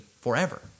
forever